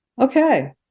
okay